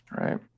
Right